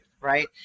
right